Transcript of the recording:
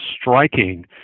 striking